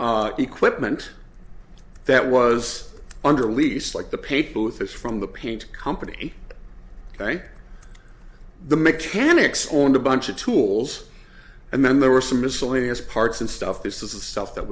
some equipment that was under lease like the paper with us from the paint company ok the mechanics owned a bunch of tools and then there were some miscellaneous parts and stuff this is the stuff that